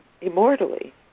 immortally